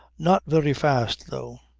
not very fast tho'.